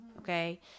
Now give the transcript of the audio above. okay